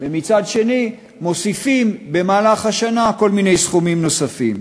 ומצד שני מוסיפים במהלך השנה כל מיני סכומים נוספים.